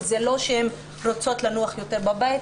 שזה לא שהן רוצות לנוח יותר בבית,